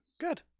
Good